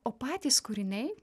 o patys kūriniai